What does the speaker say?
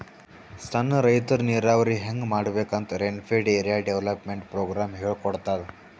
ಸಣ್ಣ್ ರೈತರ್ ನೀರಾವರಿ ಹೆಂಗ್ ಮಾಡ್ಬೇಕ್ ಅಂತ್ ರೇನ್ಫೆಡ್ ಏರಿಯಾ ಡೆವಲಪ್ಮೆಂಟ್ ಪ್ರೋಗ್ರಾಮ್ ಹೇಳ್ಕೊಡ್ತಾದ್